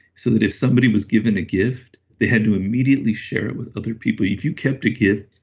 so that if somebody was given a gift, they had to immediately share it with other people. if you kept a gift,